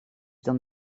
dan